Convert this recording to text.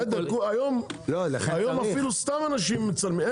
בסדר, היום אפילו סתם אנשים מצלמים.